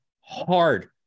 Hard